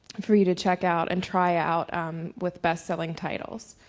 for you to check out and try out with best selling titles.